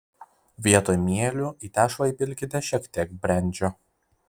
vietoj mielių į tešlą įpilkite šiek tiek brendžio